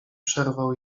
przerwał